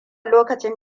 lokacin